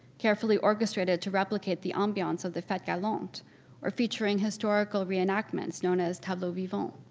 carefully orchestrated to replicate the ambience of the fete gallant or featuring historical reenactments known as tableau vivant.